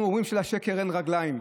אנחנו אומרים שלשקר אין רגליים,